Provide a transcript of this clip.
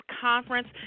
Conference